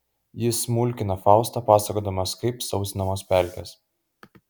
jis mulkina faustą pasakodamas kaip sausinamos pelkės